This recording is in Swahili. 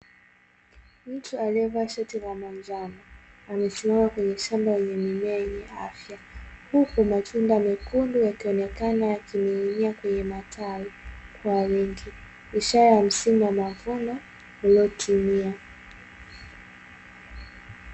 Mtu aliyevaa shati la manjano amesimama kwenye shamba lenye mimea yenye afya, huku matunda mekundu yakionekana yakining'inia kwenye matawi kwa wingi ishara ya msimu wa mavuno uliotimia.